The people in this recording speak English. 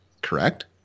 correct